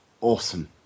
awesome